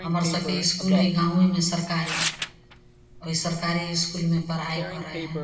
हमर सभके इसकुल हइ गामेमे सरकारी ओहि सरकारी इसकुलमे पढ़ाइ करै हइ